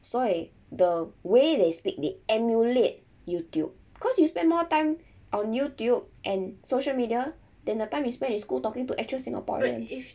所以 the way they speak they emulate youtube cause you spend more time on youtube and social media than the time you spend in school talking to actual singaporeans